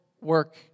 work